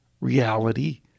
reality